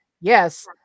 Yes